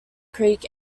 creek